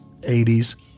80s